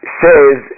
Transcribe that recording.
says